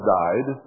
died